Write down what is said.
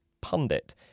pundit